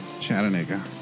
Chattanooga